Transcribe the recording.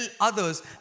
others